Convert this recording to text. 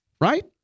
right